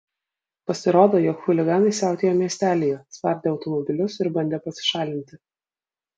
pasirodo jog chuliganai siautėjo miestelyje spardė automobilius ir bandė pasišalinti